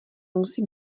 musí